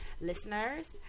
listeners